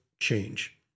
change